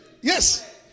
Yes